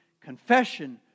confession